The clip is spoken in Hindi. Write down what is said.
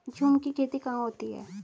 झूम की खेती कहाँ होती है?